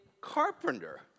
carpenter